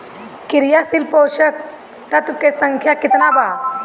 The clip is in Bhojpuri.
क्रियाशील पोषक तत्व के संख्या कितना बा?